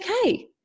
okay